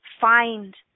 find